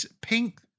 pink